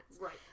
Right